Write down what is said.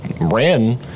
ran